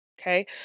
Okay